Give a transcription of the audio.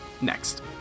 Next